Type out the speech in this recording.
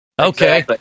Okay